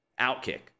OutKick